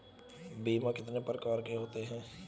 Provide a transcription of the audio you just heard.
बीमा कितने प्रकार के होते हैं?